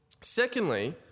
Secondly